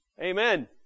Amen